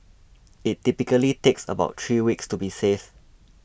it typically takes about three weeks to be safe